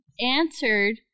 answered